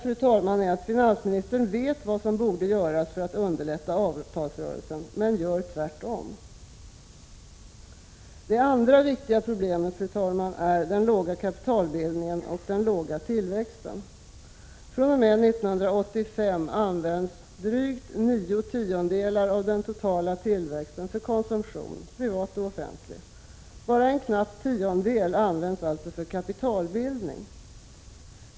Slutsatsen är att finansministern vet vad som borde göras för att underlätta avtalsrörelsen men gör tvärtom. Det andra viktiga problemet är den låga kapitalbildningen och den låga tillväxten. fr.o.m. 1985 används drygt nio tiondelar av den totala tillväxten för konsumtion, privat och offentlig. Bara en knapp tiondel används således för kapitalbildning.